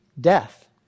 death